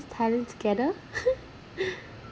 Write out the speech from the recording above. parent together